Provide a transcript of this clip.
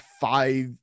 five